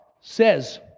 says